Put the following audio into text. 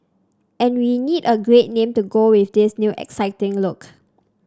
and we need a great name to go with this new exciting look